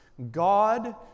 God